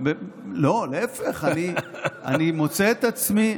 לא, להפך, אני מוצא את עצמי,